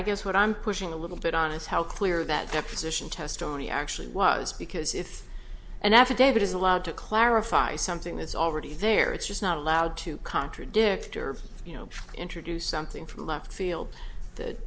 i guess what i'm pushing a little bit on is how clear that deposition testimony actually was because if an affidavit is allowed to clarify something that's already there it's just not allowed to contradict or you know introduce something from left field that